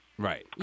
Right